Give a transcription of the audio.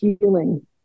healing